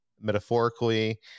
metaphorically